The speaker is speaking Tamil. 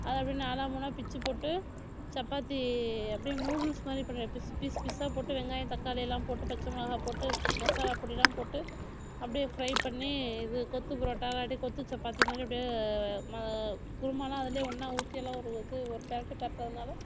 அதை அப்படியே நாலாக மூணா் பிச்சு போட்டு சப்பாத்தி அப்படியே நூடுல்ஸ் மாதிரி பண்ணிவிடுவேன் பீஸ் பீஸ் பீஸ்சாக போட்டு வெங்காயம் தக்காளி எல்லாம் போட்டு பச்சை மிளகா போட்டு மசாலா பொடியெலாம் போட்டு அப்படியே ஃப்ரை பண்ணி இது கொத்து புரோட்டா இல்லாட்டி கொத்து சப்பாத்தி மாதிரி அப்படியே குருமாயெலாம் அதிலே ஒன்றா ஊற்றி எல்லா ஒரு ஒரு பிரட்டு பிரட்டுறதுனால